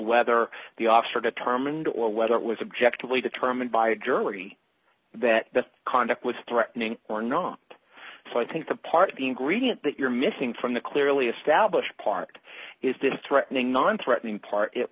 whether the officer determined or whether it was objective we determined by a jury that that conduct was threatening or not so i think the part of the ingredient that you're missing from the clearly established part it didn't threatening non threatening part at